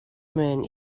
men